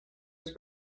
his